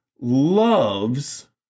loves